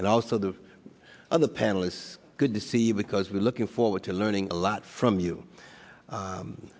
and also the other panelists good to see because we're looking forward to learning a lot from you